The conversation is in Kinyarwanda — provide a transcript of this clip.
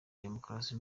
demokarasi